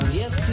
yes